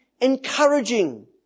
encouraging